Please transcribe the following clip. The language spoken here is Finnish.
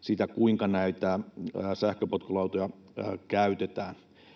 siitä, kuinka näitä sähköpotkulautoja käytetään.